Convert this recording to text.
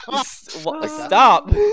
Stop